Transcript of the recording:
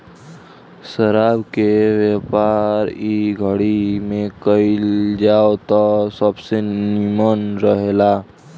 शराब के व्यापार इ घड़ी में कईल जाव त सबसे निमन रहेला